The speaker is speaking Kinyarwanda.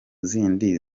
zindi